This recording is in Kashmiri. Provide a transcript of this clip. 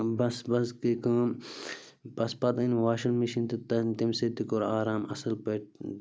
بَس بَس گٔے کٲم بَس پَتہٕ أنۍ واشِنٛگ مِشیٖن تہٕ تَن تَمۍ سۭتۍ تہِ کوٚر آرام اَصٕل پٲٹھۍ